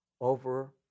over